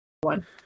one